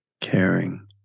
caring